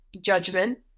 judgment